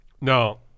no